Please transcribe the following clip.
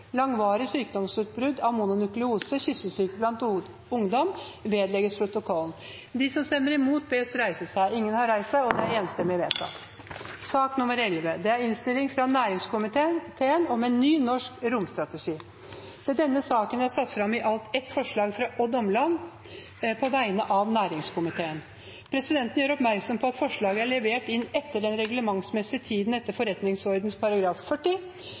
langvarig sykdomsutbrudd og svekket helse for ungdom som blir rammet av sykdommen.» Sosialistisk Venstreparti og Miljøpartiet De Grønne har varslet støtte til forslaget. Under debatten er det satt fram ett forslag. Det er forslag nr. 1, fra Odd Omland på vegne av næringskomiteen. Presidenten gjør oppmerksom på at forslaget er levert inn etter den reglementsmessige tiden etter forretningsordenens § 40.